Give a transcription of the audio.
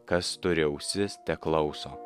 kas turi ausis teklauso